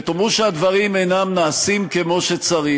ותאמרו שהדברים אינם נעשים כמו שצריך,